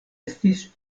estis